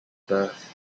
birth